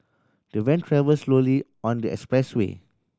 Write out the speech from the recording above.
the van travel slowly on the expressway